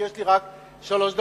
כי יש לי רק שלוש דקות,